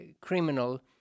criminal